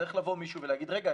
צריך לבוא מישהו ולהגיד רגע,